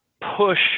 push